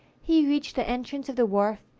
he reached the entrance of the wharf,